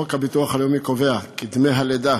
חוק הביטוח הלאומי קובע כי דמי הלידה